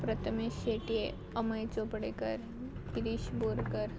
Prathamesh Shetye Amay Chopdekar Shirish Borkar